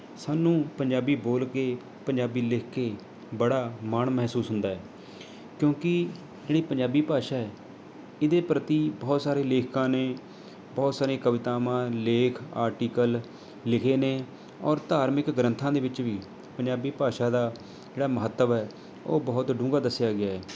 ਸਾਨੂੰ ਪੰਜਾਬੀ ਬੋਲ ਕੇ ਪੰਜਾਬੀ ਲਿਖ ਕੇ ਬੜਾ ਮਾਣ ਮਹਿਸੂਸ ਹੁੰਦਾ ਹੈ ਕਿਉਂਕੀ ਜਿਹੜੀ ਪੰਜਾਬੀ ਭਾਸ਼ਾ ਹੈ ਇਹਦੇ ਪ੍ਰਤੀ ਬਹੁਤ ਸਾਰੇ ਲੇਖਕਾਂ ਨੇ ਬਹੁਤ ਸਾਰੇ ਕਵਿਤਾਵਾਂ ਲੇਖ ਆਰਟੀਕਲ ਲਿਖੇ ਨੇ ਔਰ ਧਾਰਮਿਕ ਗ੍ਰੰਥਾਂ ਦੇ ਵਿੱਚ ਵੀ ਪੰਜਾਬੀ ਭਾਸ਼ਾ ਦਾ ਜਿਹੜਾ ਮਹੱਤਵ ਹੈ ਉਹ ਬਹੁਤ ਡੂੰਘਾ ਦੱਸਿਆ ਗਿਆ